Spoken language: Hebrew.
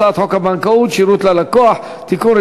הצעת חוק הבנקאות (שירות ללקוח) (תיקון,